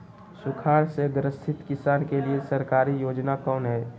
सुखाड़ से ग्रसित किसान के लिए सरकारी योजना कौन हय?